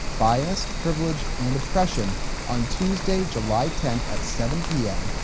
bias, privilege, and oppression on tuesday, july tenth at seven p m.